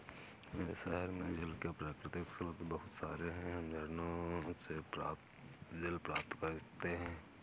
मेरे शहर में जल के प्राकृतिक स्रोत बहुत सारे हैं हम झरनों से जल प्राप्त करते हैं